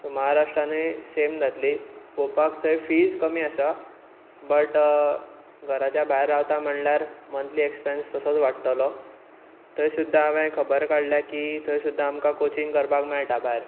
so महाराष्ट्रांतूय same जातली पोवपाक थंय फीस कमी आसा बट घराच्या भायर रावता म्हणल्यार मंथली एक्सपॅंस तसोच वाडटलो थंय सुद्दां हांवें खबर काडल्या की थंय सुद्दां आमकां कोचींग करपाक मेळटा भायर